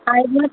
एबहऽ